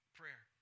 prayer